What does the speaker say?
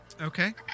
Okay